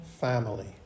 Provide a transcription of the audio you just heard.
family